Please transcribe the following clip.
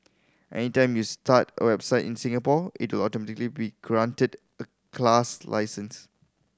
anytime you start a website in Singapore it will automatically be granted a class license